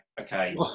okay